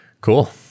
cool